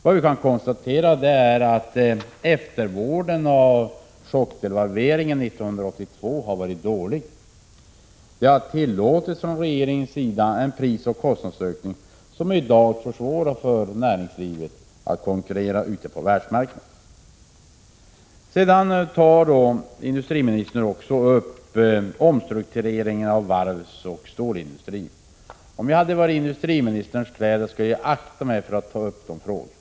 Vi kan konstatera att eftervården av chockdevalveringen 1982 har varit dålig. Regeringen har tillåtit en prisoch kostnadsökning, som i dag försvårar för näringslivet att konkurrera ute på världsmarknaden. Industriministern tar upp omstruktureringen av varvsoch stålindustrin. Om jag hade varit i industriministerns kläder, skulle jag akta mig för att ta upp den frågan.